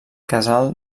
casal